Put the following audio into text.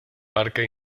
parque